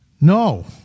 No